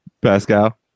Pascal